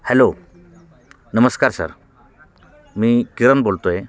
hello नमस्कार sir मी किरण बोलतो आहे